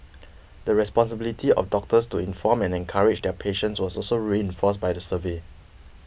the responsibility of doctors to inform and encourage their patients was also reinforced by the survey